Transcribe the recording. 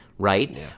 Right